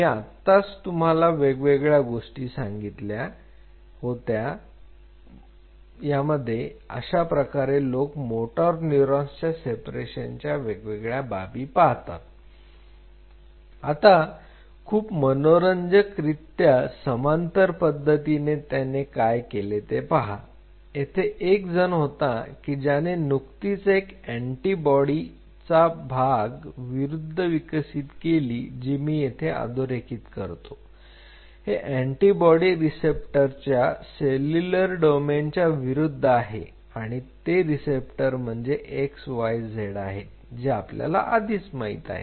मी आत्ताच तुम्हाला वेगवेगळ्या गोष्टी सांगितल्या होत्या मध्ये की कशा प्रकारे लोक मोटार न्यूरॉनच्या सेपरेशनच्या वेगवेगळ्या बाबी पाहतात आता खूप मनोरंजक रित्या समांतर पद्धतीने त्यांनी काय केले ते पहा तेथे एक जण होता की ज्याने नुकतीच एक अँटीबॉडी या भागा विरुद्ध विकसित केली जि मी इथे अधोरेखित करतो हे अँटीबॉडी रिसेप्टरच्या सेल्युलर डोमेनच्या विरुद्ध आहे ते रिसेप्टर म्हणजे x y z आहेत जे आपल्याला आधीच माहित आहे